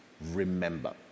Remember